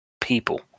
people